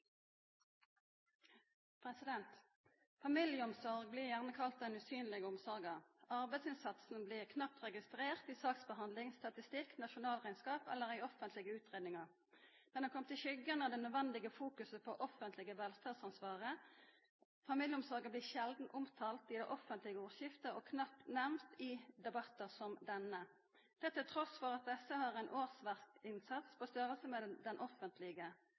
blir gjerne kalla den usynlege omsorga. Arbeidsinnsatsen blir knapt registrert i sakshandsaming, statistikkar, nasjonalrekneskap eller offentlege utgreiingar. Ho har kome i skuggen av det nødvendige fokuset på det offentlege velferdsansvaret. Familieomsorga blir sjeldan omtala i det offentlege ordskiftet og knapt nemnd i debattar som denne. Det skjer trass i at ho har ein årsverkinnsats med ein storleik som den offentlege.